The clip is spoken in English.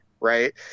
right